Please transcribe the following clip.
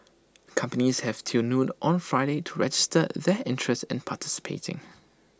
companies have till noon on Friday to register their interest in participating